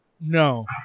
No